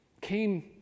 came